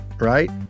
right